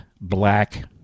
black